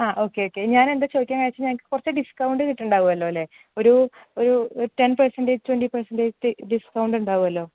ആ okay okay ഞാൻ എന്താണ് ചോദിക്കുന്നത് വെച്ചുകഴിഞ്ഞാൽ ഞങ്ങൾക്ക് കുറച്ച് ഡിസ്കൗണ്ട് കിട്ടുന്നുണ്ടാവുമല്ലോ അല്ലേ ഒരു ഒരു ഒരു ten percentage twenty percentage discount ഉണ്ടാവുമല്ലോ